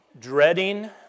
dreading